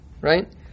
right